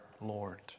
Lord